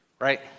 right